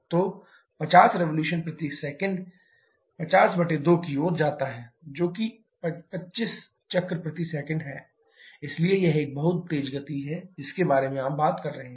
तो 50 रिवोल्यूशन प्रति सेकंड 502 की ओर जाता है जो कि 25 चक्र प्रति सेकंड है इसलिए यह एक बहुत तेज़ गति है जिसके बारे में आप बात कर रहे हैं